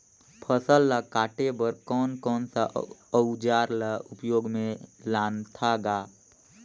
फसल ल काटे बर कौन कौन सा अउजार ल उपयोग में लानथा गा